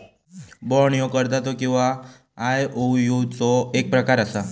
bond ह्यो कर्जाचो किंवा आयओयूचो एक प्रकार असा